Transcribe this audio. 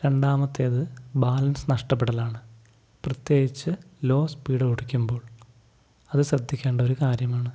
രണ്ടാമത്തേത് ബാലൻസ് നഷ്ടപ്പെടലാണ് പ്രത്യേകിച്ച് ലോ സ്പീഡ് ഓടിക്കുമ്പോൾ അതു ശ്രദ്ധിക്കേണ്ട ഒരു കാര്യമാണ്